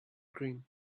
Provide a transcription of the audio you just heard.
green